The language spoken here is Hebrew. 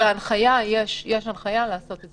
יש הנחיה לעשות את זה.